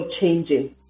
changing